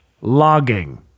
logging